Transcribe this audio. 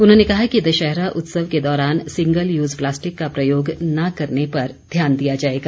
उन्होंने कहा कि दशहरा उत्सव के दौरान सिंगल यूज़ प्लास्टिक का प्रयोग न करने पर ध्यान दिया जाएगा